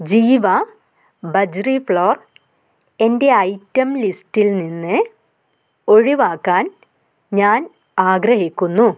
ജീവ ബജ്രി ഫ്ലോർ എൻ്റെ ഐറ്റം ലിസ്റ്റിൽ നിന്ന് ഒഴിവാക്കാൻ ഞാൻ ആഗ്രഹിക്കുന്നു